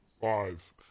Five